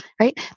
right